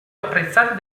apprezzati